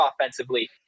offensively